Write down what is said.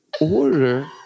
Order